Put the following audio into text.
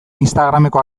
instagrameko